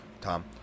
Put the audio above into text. Tom